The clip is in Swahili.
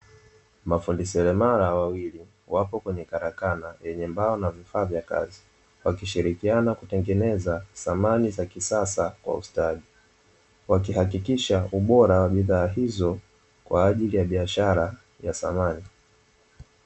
Mafundi seremala wawili, wapo kwenye karakana yenye mbao na vifaa vya kazi, wakishirikiana kutengeneza samani za kisasa kwa ustadi, wakihakikisha ubora wa bidhaa hizo kwa ajili ya biashara ya samani.